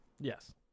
Yes